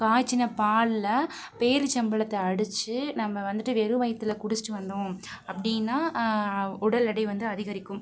காய்ச்சிய பாலில் பேரீச்சம் பழத்த அடித்து நம்ம வந்துட்டு வெறும் வயிற்றில குடிச்சுட்டு வந்தோம் அப்படின்னா உடல் எடை வந்து அதிகரிக்கும்